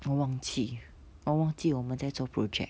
我忘记我忘记我们在做 project